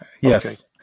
Yes